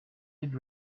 did